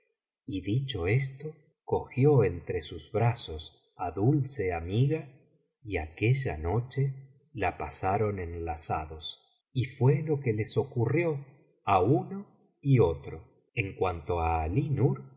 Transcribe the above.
y dicho esto cogió entre sus brazos á dulce amiga y aquella noche la pasaron enlazados y fué lo que les ocurrió á uno y otro en cuanto á